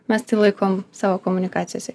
mes tai laikom savo komunikacijose